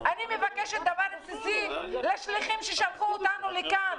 אני מבקשת דבר בסיסי לשליחים ששלחו אותנו לכאן.